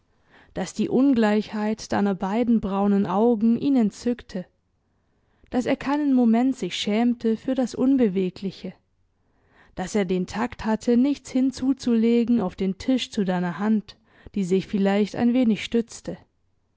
daß die ungleichheit deiner beiden braunen augen ihn entzückte daß er keinen moment sich schämte für das unbewegliche daß er den takt hatte nichts hinzuzulegen auf den tisch zu deiner hand die sich vielleicht ein wenig stützte